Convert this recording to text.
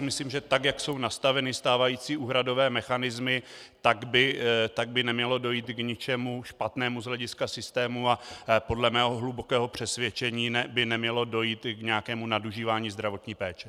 Myslím, že tak jak jsou nastaveny stávající úhradové mechanismy, tak by nemělo dojít k ničemu špatnému z hlediska systému a podle mého hlubokého přesvědčení by nemělo dojít k nějakému nadužívání zdravotní péče.